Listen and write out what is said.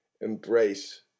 embrace